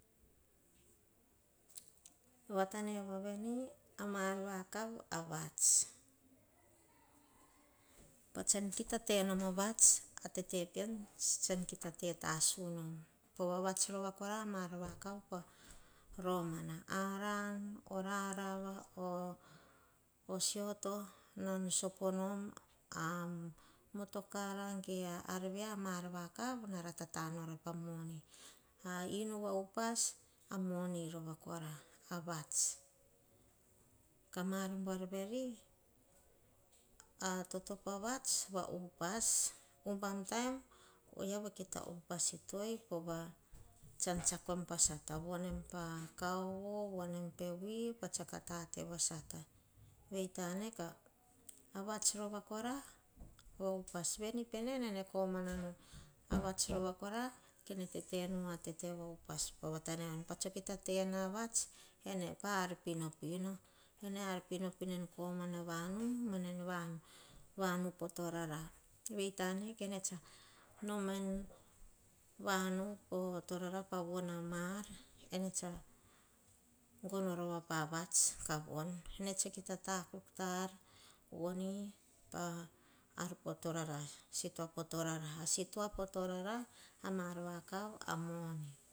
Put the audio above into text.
Vatane wa veni a maar vakav a vats patsan mukai tena vats vei kora ma ar vakav avats o rarava o siot a motokar ge ama ar vakavnara tata nora pa moni a toto pa vats va upas sova pa mea papana oia va. Mukai ta upas a vats rova kora kene tsiakoi pa ar va upas poia tsa mukai te tena avats enepa a ar pino pino akuk. Veni en vanu mana voni po torara. Tsenenao kavonoi paar a inu va upas osiot, oravarava amotokara ge ar vakav nara tata nora pa noni. A inu va upas na ra tata nora pa moni.